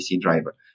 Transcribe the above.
driver